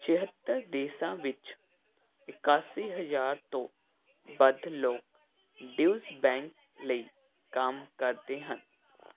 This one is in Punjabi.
ਛੇਹੱਤਰ ਦੇਸ਼ਾਂ ਵਿੱਚ ਇਕਾਸੀ ਹਜ਼ਾਰ ਤੋਂ ਵੱਧ ਲੋਕ ਡਿਊਸ਼ ਬੈਂਕ ਲਈ ਕੰਮ ਕਰਦੇ ਹਨ